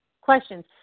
questions